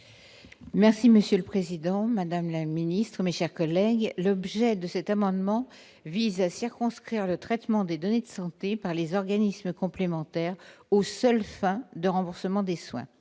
Merci Monsieur le Président, Madame la Ministre, mes chers collègues, l'objet de cet amendement vise à circonscrire le traitement des données de santé par les organismes complémentaires aux seules fins de remboursement des soins,